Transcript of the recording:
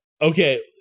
Okay